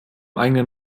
eigenen